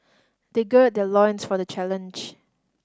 they gird their loins for the challenge